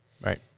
Right